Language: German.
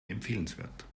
empfehlenswert